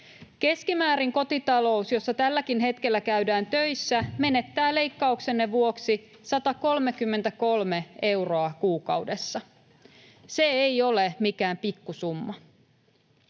Keskimäärin kotitalous, jossa tälläkin hetkellä käydään töissä, menettää leikkauksenne vuoksi 133 euroa kuukaudessa. Se ei ole mikään pikkusumma.